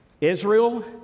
Israel